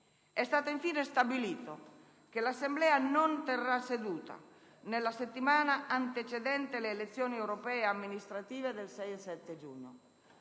È stato infine stabilito che l'Assemblea non terrà seduta nella settimana antecedente le elezioni europee e amministrative del 6-7 giugno.